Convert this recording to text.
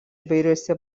įvairiuose